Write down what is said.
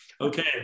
Okay